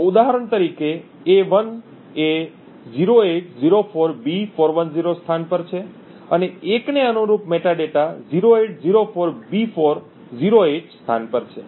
તો ઉદાહરણ તરીકે a1 0804B410 સ્થાન પર છે અને 1 ને અનુરૂપ મેટાડેટા 0804B408 સ્થાન પર છે